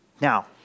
Now